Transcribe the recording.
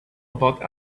about